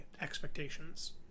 expectations